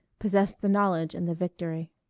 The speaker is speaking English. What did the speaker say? possessed the knowledge and the victory.